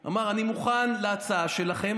הוא אמר: אני מוכן להצעה שלכם,